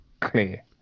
clear